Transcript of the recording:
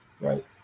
right